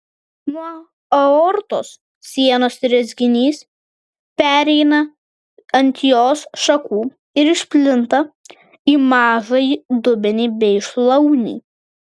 nuo aortos sienos rezginys pereina ant jos šakų ir išplinta į mažąjį dubenį bei šlaunį